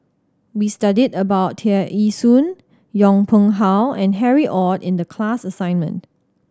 we studied about Tear Ee Soon Yong Pung How and Harry Ord in the class assignment